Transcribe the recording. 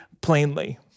plainly